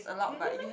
really meh